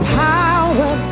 power